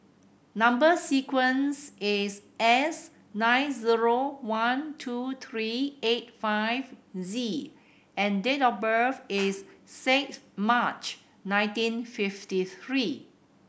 number sequence is S nine zero one two three eight five Z and date of birth is six March nineteen fifty three